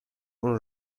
اون